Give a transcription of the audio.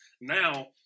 now